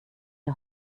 der